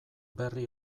berri